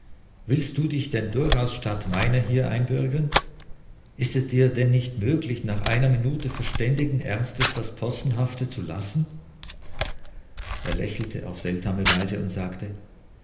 willst du dich denn durchaus statt meiner hier einbürgern ist es dir denn nicht möglich nach einer minute verständigen ernstes das possenhafte zu lassen er lächelte auf seltsame weise und sagte